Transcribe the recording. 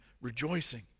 rejoicing